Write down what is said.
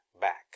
back